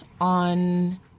on